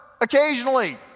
Occasionally